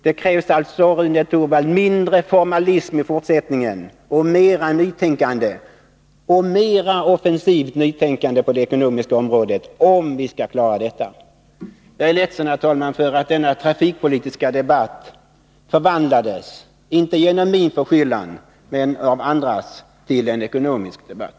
Det krävs, Rune Torwald, mindre formalism i fortsättningen och mera offensivt nytänkande på det ekonomiska området om vi skall klara detta. Jag är ledsen, herr talman, att denna trafikpolitiska debatt förvandlades, inte genom min förskyllan utan genom andras, till en ekonomisk debatt.